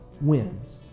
wins